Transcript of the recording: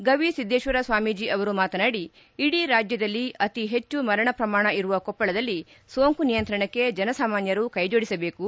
ಗವಿಸಿದ್ದೇಶ್ವರ ಸ್ವಾಮೀಜಿ ಅವರು ಮಾತನಾಡಿ ಇಡೀ ರಾಜ್ಯದಲ್ಲಿ ಅತೀ ಹೆಚ್ಚು ಮರಣ ಪ್ರಮಾಣ ಇರುವ ಕೊಪ್ಪಳದಲ್ಲಿ ಸೋಂಕು ನಿಯಂತ್ರಣಕ್ಕೆ ಜನಸಾಮಾನ್ಯರು ಕೈಜೋಡಿಸಬೇಕು